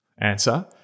answer